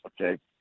okay